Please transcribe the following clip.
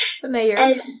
Familiar